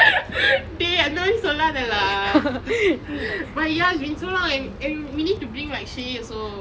dey but ya it's been so long we need to bring like shay also